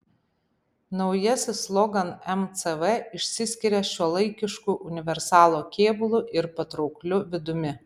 naujasis logan mcv išsiskiria šiuolaikišku universalo kėbulu ir patraukliu vidumi